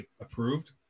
approved